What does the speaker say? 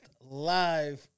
live